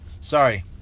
sorry